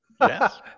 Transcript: Yes